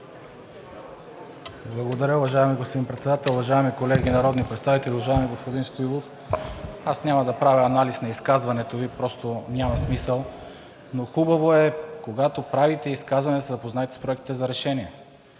Благодаря, уважаеми господин Председател. Уважаеми колеги народни представители! Уважаеми господин Стоилов, аз няма да правя анализ на изказването Ви, просто няма смисъл, но е хубаво, когато правите изказване, да се запознаете с Проекта за решение.